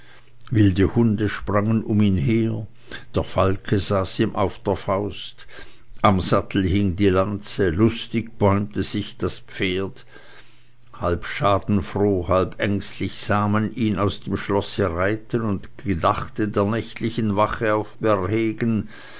wilde hunde sprangen um ihn her der falke saß ihm auf der faust am sattel hing die lanze lustig bäumte sich das pferd halb schadenfroh halb ängstlich sah man ihn aus dem schlosse reiten und gedachte der nächtlichen wache auf bärhegen